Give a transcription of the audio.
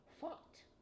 fought